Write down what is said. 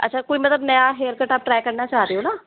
अच्छा कोई मतलब नया हेयर कट ट्राइ आप करना चाह रहे हो ना